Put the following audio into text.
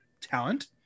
talent